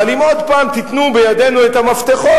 אבל אם עוד פעם תיתנו בידינו את המפתחות,